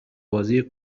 بازی